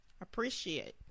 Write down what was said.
Appreciate